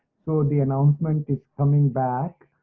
so the announcement is coming back.